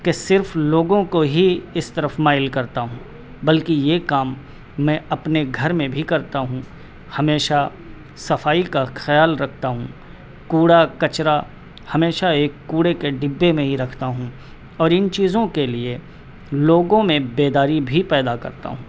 کہ صرف لوگوں کو ہی اس طرف مائل کرتا ہوں بلکہ یہ کام میں اپنے گھر میں بھی کرتا ہوں ہمیشہ صفائی کا خیال رکھتا ہوں کوڑا کچرا ہمیشہ ایک کوڑے کے ڈبے میں ہی رکھتا ہوں اور ان چیزوں کے لئے لوگوں میں بیداری بھی پیدا کرتا ہوں